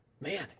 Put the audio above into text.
Man